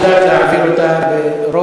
ההצעה להעביר את הנושא לוועדת העבודה,